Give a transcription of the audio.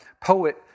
poet